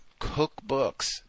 cookbooks